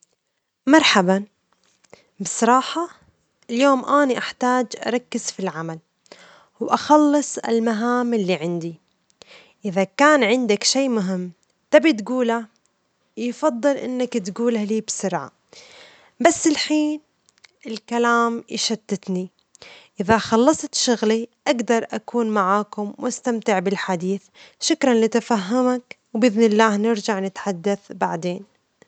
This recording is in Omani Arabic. مرحبًا، بصراحة، اليوم أني أحتاج أركز في العمل و أخلص المهام اللي عندي، إذا كان عندك شيء مهم تبي تجوله، يفضّل أنك تجوله لي بسرعة ،بس الحين الكلام يشتتني ، إ ذا خلصت شغلي أجدر أكون معكم وأستمتع بالحديث. شكرًا لتفهمك، وبإذن الله نرجع نتحدث بعدين.